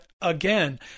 again